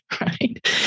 right